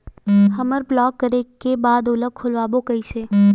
हमर ब्लॉक करे के बाद ओला खोलवाबो कइसे?